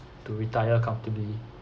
to retire comfortably